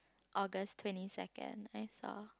August twenty second I saw